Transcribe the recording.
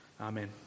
Amen